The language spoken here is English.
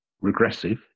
regressive